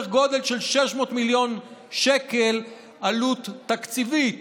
גודל של 600 מיליון שקל עלות תקציבית,